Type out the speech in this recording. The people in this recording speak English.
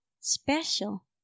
special